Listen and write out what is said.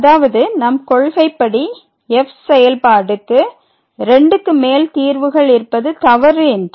அதாவது நம் கொள்கைப்படி f செயல்பாடு க்கு 2க்கு மேல் தீர்வுகள் இருப்பது தவறு என்று